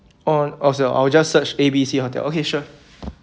oh I'll just search A B C hotel okay sure